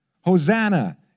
Hosanna